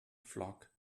flock